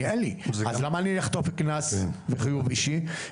אין לי, אז למה אני אחטוף קנס וחיוב אישי?